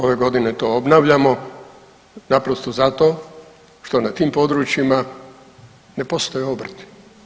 Ove godine to obnavljamo naprosto zato što na tim područjima ne postoje obrti.